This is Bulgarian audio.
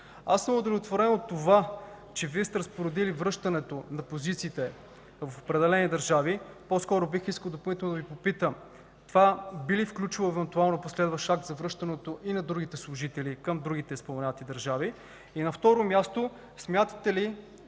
нататък. Удовлетворен съм от това, че Вие сте разпоредили връщането на позициите в определени държави. По-скоро бих искал допълнително да Ви попитам: това би ли включило евентуално последващ акт за връщането и на другите служители към другите споменати държави? На второ място, смятате ли,